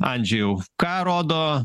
andžejau ką rodo